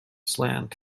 slant